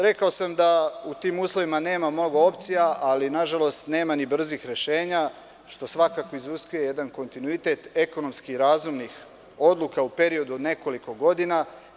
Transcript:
Rekao sam da u tim uslovima nema mnogo opcija, ali na žalost nema ni brzih rešenja što svakako iziskuje jedan kontinuitet ekonomski razumnih odluka u periodu od nekoliko godina.